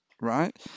right